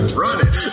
running